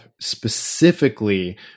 specifically